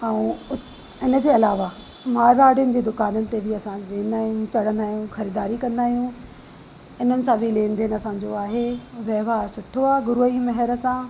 ऐं इन जे अलावा मारवाड़ीयुनि जी दुकान ते बि असां वेंदा आहियूं चढ़ंदा आहियूं ख़रीदारी कंदा आहियूं इन्हनि सां बि लेन देन असांजो आहे व्यवहार सुठो आहे गुरू जी महर सां